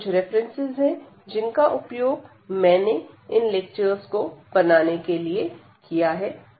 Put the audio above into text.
यह कुछ रेफरेंसेस है जिनका उपयोग मैंने इन लेक्चर्स को बनाने के लिए किया है